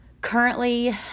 Currently